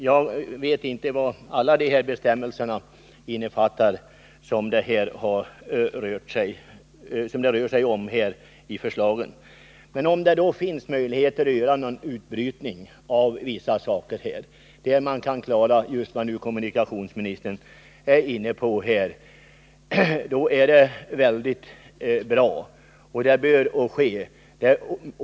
Herr talman! Jag känner inte till vad alla bestämmelser i fråga om de här förslagen innefattar. Men om det fanns en möjlighet att göra en utbrytning i vissa avseenden innebärande att man kan klara det som kommunikationsministern här är inne på, vore det väldigt bra. Det är i högsta grad önskvärt med ett sådant beslut.